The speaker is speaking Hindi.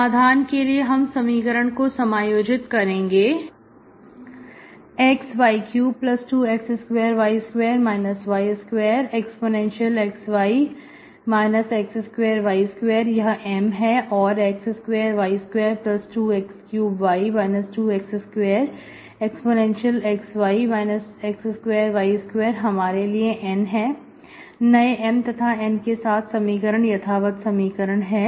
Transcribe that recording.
समाधान के लिए हम समीकरण को समायोजित करेंगे xy32x2y2 y2 यह M है और x2y22x3y 2x2 हमारे लिए N है नएM तथा N के साथ समीकरण यथावत समीकरण है